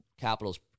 Capitals